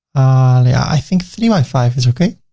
like i think three by five is okay.